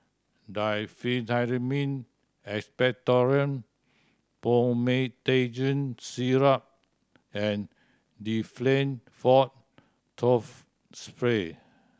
Diphenhydramine Expectorant Promethazine Syrup and Difflam Forte Throat Spray